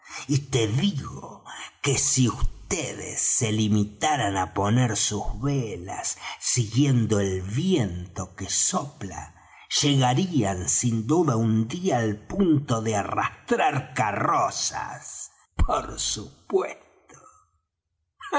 y te digo que si vds se limitaran á poner sus velas siguiendo el viento que sopla llegarían sin duda un día al punto de arrastrar carrozas por supuesto